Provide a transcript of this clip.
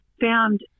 found